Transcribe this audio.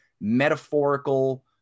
metaphorical